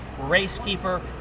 RaceKeeper